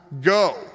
Go